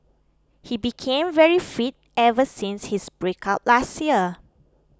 he became very fit ever since his breakup last year